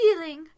feeling